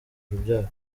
urubyaro